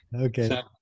okay